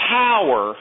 power